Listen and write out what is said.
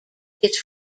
his